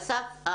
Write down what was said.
אסף,